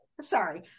Sorry